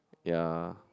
ya